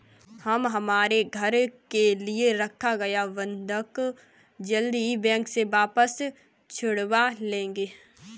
हम हमारे घर के लिए रखा गया बंधक जल्द ही बैंक से वापस छुड़वा लेंगे